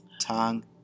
tongue